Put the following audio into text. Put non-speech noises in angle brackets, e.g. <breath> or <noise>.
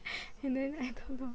<breath> and then I don't know